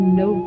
no